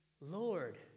Lord